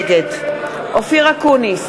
נגד אופיר אקוניס,